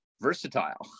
versatile